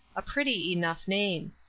a pretty enough name.